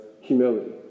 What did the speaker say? humility